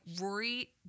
Rory